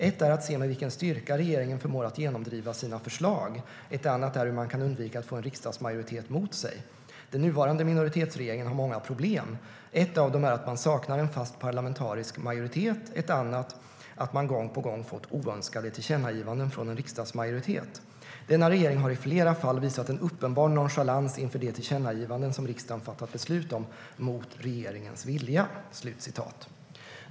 Ett är att se med vilken styrka regeringen förmår att genomdriva sina förslag. Ett annat är hur man kan undvika att få en riksdagsmajoritet emot sig. Den nuvarande minoritetsregeringen har många problem. Ett av dem är att man saknar en fast parlamentarisk majoritet, ett annat att man gång på gång fått oönskade tillkännagivanden från en riksdagsmajoritet. Denna regering har i flera fall visat en uppenbar nonchalans inför de tillkännagivanden som riksdagen fattat beslut om mot regeringens vilja."